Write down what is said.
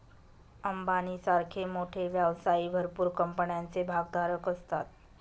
अंबानी सारखे मोठे व्यवसायी भरपूर कंपन्यांचे भागधारक असतात